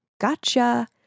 Gotcha